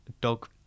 Dog